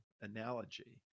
analogy